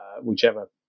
whichever